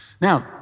Now